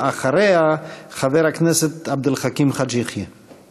אחריה, חבר הכנסת עבד אל חכים חאג' יחיא.